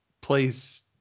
place